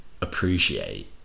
appreciate